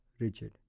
rigid